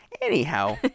anyhow